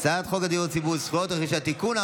הצעת חוק הדיור הציבורי (זכויות רכישה) (תיקון,